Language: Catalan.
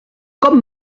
com